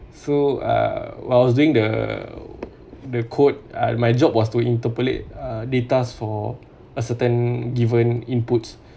so uh while I was doing the the code uh my job was to interpret uh data for a certain given inputs